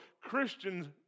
Christians